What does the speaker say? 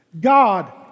God